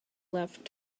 left